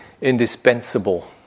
indispensable